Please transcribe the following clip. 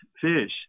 fish